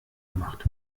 gemacht